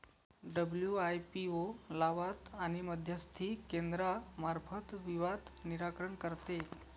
WIPO लवाद आणि मध्यस्थी केंद्रामार्फत विवाद निराकरण करते